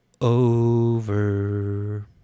over